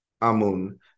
Amun